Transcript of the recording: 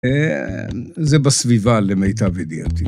זה בסביבה למיטב ידיעתי.